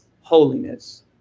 holiness